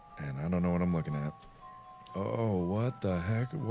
and i don't know, what i'm looking at oh, what the heck?